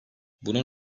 bunun